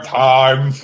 time